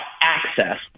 access